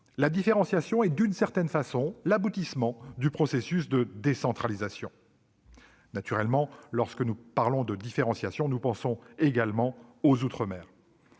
La différenciation est, en quelque sorte, l'aboutissement du processus de décentralisation. Naturellement, lorsque nous parlons de différenciation, nous pensons également aux outre-mer.